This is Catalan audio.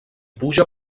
puja